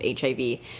HIV